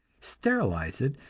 sterilize it,